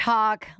Talk